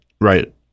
Right